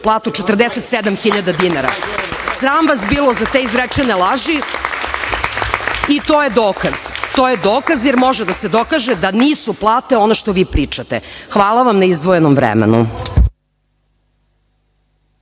platu 47 hiljada dinara. Sram vas bilo za te izrečene laži. To je dokaz, jer može da se dokaže da nisu plate ono što vi pričate. Hvala vam na izdvojenom vremenu.